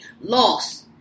Lost